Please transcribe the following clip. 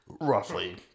roughly